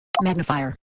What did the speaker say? Magnifier